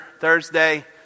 Thursday